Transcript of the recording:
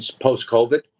post-covid